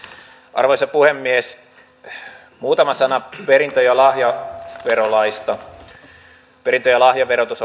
arvoisa puhemies muutama sana perintö ja lahjaverolaista perintö ja lahjaverotus